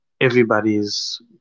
everybody's